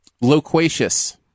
Loquacious